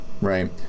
right